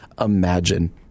imagine